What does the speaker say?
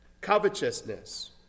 covetousness